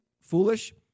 foolish